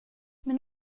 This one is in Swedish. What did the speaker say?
men